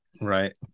right